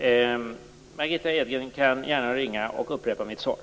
Herr talman! Margitta Edgren kan gärna ringa och upprepa mitt svar.